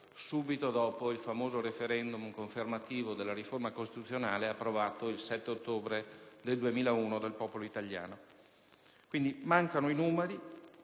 subito dopo il famoso *referendum* confermativo della riforma costituzionale approvato il 7 ottobre 2001 dal popolo italiano. Mancano i numeri